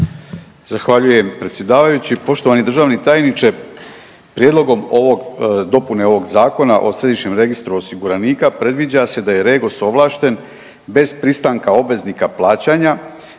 Zahvaljujem predsjedavajući. Poštovani državni tajniče, prijedlogom ovog, dopune ovog Zakona o središnjem registru osiguranika predviđa se da je REGOS ovlašten bez pristanka obveznika plaćanja